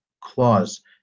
clause